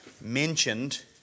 mentioned